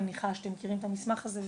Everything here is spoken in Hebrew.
אני מניחה שאתם מכירים את המסמך הזה,